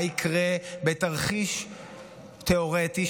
מה יקרה בתרחיש תיאורטי,